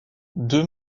deux